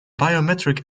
biometric